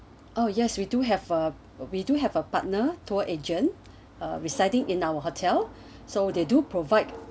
oh yes we do have uh we do have a partner tour agent are residing in our hotel so they do provide